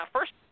First